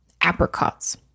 apricots